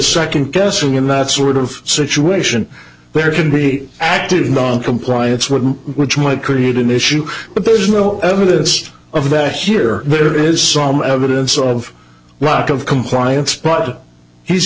second guessing in that sort of situation there could be active noncompliance wouldn't which might create an issue but there's no evidence of that here there is some evidence of lack of compliance but he's